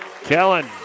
Kellen